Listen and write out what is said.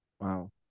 wow